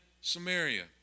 Samaria